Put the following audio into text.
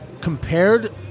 compared